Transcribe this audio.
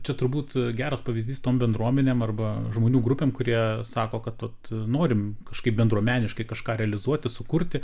čia turbūt geras pavyzdys tom bendruomenėm arba žmonių grupėm kurie sako kad vat norim kažkaip bendruomeniškai kažką realizuoti sukurti